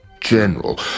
general